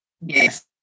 Yes